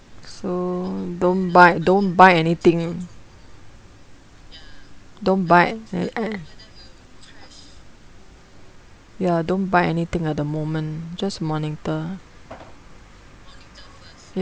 so don't buy don't buy anything don't buy and and ya don't buy anything at the moment just monitor ya